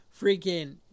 freaking